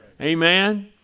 Amen